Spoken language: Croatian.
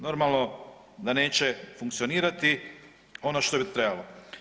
Normalno da neće funkcionirati ono što bi trebalo.